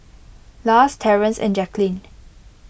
Lars Terrance and Jacqueline